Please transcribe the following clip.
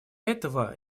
этого